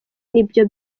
nibyo